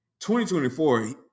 2024